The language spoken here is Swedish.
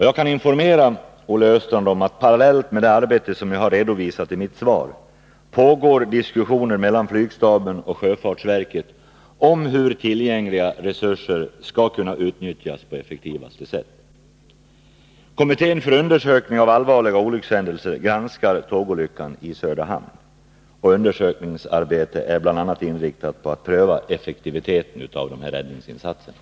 Jag kan informera Olle Östrand om att det, parallellt med det arbete som jag har redovisat i mitt svar, pågår diskussioner mellan flygstaben och sjöfartsverket om hur tillgängliga resurser skall kunna utnyttjas på effektivaste sätt. Kommittén för undersökning av allvarliga olyckshändelser granskar tågolyckan i Söderhamn. Undersökningens arbete är inriktat bl.a. på att pröva effektiviteten av räddningsinsatserna.